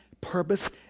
purpose